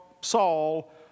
Saul